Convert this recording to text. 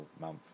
month